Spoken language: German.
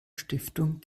stiftung